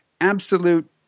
absolute